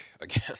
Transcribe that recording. again